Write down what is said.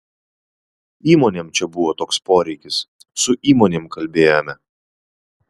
įmonėm čia buvo toks poreikis su įmonėm kalbėjome